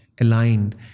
aligned